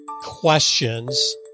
questions